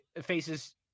faces